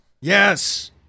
yes